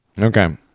Okay